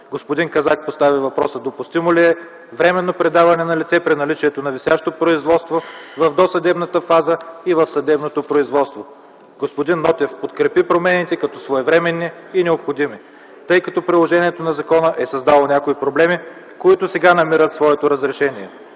Господин Казак постави въпроса допустимо ли е временно предаване на лице при наличието на висящо производство – в досъдебната фаза и в съдебното производство. Господин Нотев подкрепи промените като своевременни и необходими, тъй като приложението на закона е създало някои проблеми, които сега намират разрешението